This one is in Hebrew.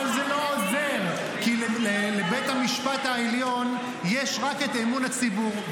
אבל זה לא עוזר כי לבית המשפט העליון יש רק את אמון הציבור,